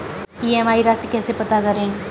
EMI राशि कैसे पता करें?